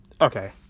Okay